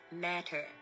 matter